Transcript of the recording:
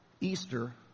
Easter